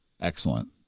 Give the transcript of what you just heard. Excellent